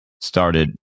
started